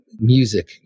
music